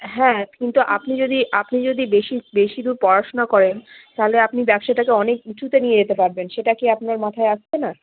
হ্যাঁ কিন্তু আপনি যদি আপনি যদি বেশি বেশি দূর পড়াশোনা করেন তাহলে আপনি ব্যবসাটাকে অনেক উঁচুতে নিয়ে যেতে পারবেন সেটা কি আপনার মাথায় আসছে না